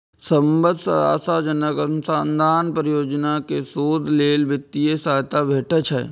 सबसं आशाजनक अनुसंधान परियोजना कें शोध लेल वित्तीय सहायता भेटै छै